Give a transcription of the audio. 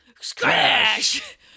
Scratch